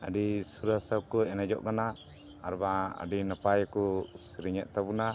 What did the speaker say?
ᱟᱹᱰᱤ ᱥᱩᱨᱟᱹᱥᱟ ᱠᱚ ᱮᱱᱮᱡᱚᱜ ᱠᱟᱱᱟ ᱟᱨ ᱵᱟᱝ ᱟᱹᱰᱤ ᱱᱟᱯᱟᱭ ᱠᱚ ᱥᱮᱨᱮᱧᱮᱫ ᱛᱟᱵᱚᱱᱟ